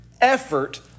effort